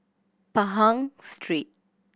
Pahang Street